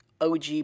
OG